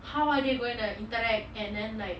how are they going to interact and then like